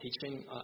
teaching